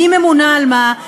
מי ממונה על מה.